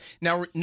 Now